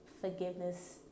forgiveness